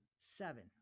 seven